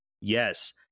Yes